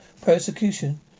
persecution